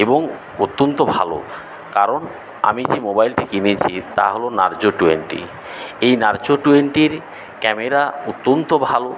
এবং অত্যন্ত ভালো কারণ আমি যে মোবাইলটি কিনেছি তা হল নার্জো টোয়েন্টি এই নার্জো টোয়েন্টির ক্যামেরা অত্যন্ত ভালো